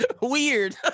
weird